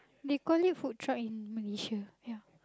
they call it food shop in Malaysia ya